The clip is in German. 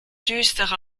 düstere